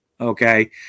Okay